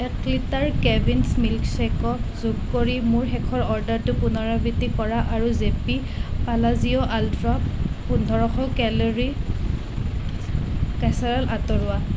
এক litre Kevin's মিল্কশ্বেকক যোগ কৰি মোৰ শেষৰ অ'ৰ্ডাৰটোৰ পুনৰাবৃত্তি কৰা আৰু জে'পি পালাজিঅ' আল্ট্ৰা পোন্ধৰশ কেলৰি কেচৰ'ল আঁতৰোৱা